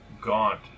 gaunt